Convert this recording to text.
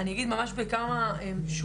אני אגיד ממש בכמה שורות,